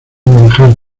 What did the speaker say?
manejar